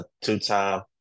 Two-time